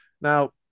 Now